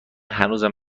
هنوزم